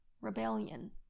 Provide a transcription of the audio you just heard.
rebellion